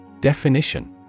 Definition